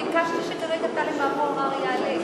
ביקשת שכרגע חבר הכנסת טלב אבו עראר יעלה.